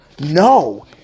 No